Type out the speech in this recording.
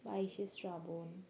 বাইশে শ্রাবণ